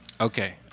Okay